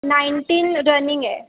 nineteen running आहे